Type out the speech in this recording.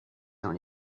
dans